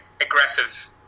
aggressive